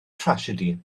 drasiedi